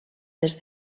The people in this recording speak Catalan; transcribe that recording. des